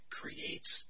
creates